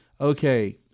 Okay